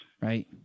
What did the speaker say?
Right